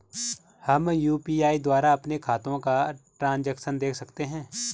हम यु.पी.आई द्वारा अपने खातों का ट्रैन्ज़ैक्शन देख सकते हैं?